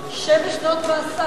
שבע שנות מאסר.